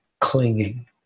clinging